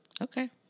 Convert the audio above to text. Okay